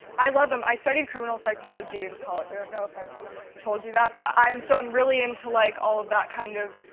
i love them. i studied criminal psychology in college. i don't know if i've told you that. but so, i'm really into, like, all of that kind of